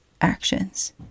actions